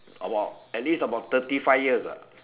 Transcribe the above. about at least about thirty five years lah